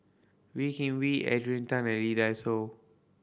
Wee Kim Wee Adrian Tan and Lee Dai Soh